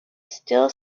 still